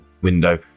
window